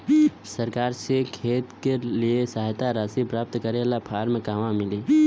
सरकार से खेत के लिए सहायता राशि प्राप्त करे ला फार्म कहवा मिली?